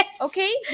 okay